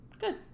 Good